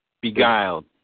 beguiled